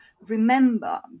remember